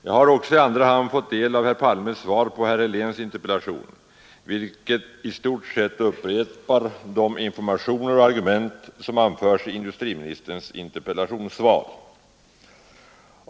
Jag har också i andra hand fått del av herr Palmes svar på herr Heléns interpellation, vilket i stort sett innehåller samma informationer och argument som anförs i industriministerns interpellationssvar.